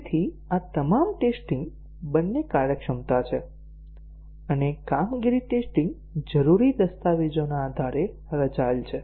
તેથી આ તમામ ટેસ્ટીંગ બંને કાર્યક્ષમતા છે અને કામગીરી ટેસ્ટીંગ જરૂરી દસ્તાવેજોના આધારે રચાયેલ છે